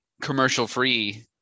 commercial-free